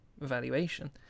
evaluation